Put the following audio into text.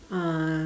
uh